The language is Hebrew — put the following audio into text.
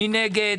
מי נגד?